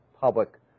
public